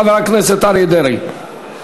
חבר הכנסת אריה דרעי.